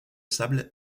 sable